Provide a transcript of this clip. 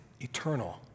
eternal